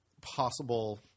possible